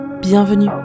bienvenue